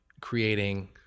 creating